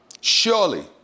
Surely